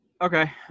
Okay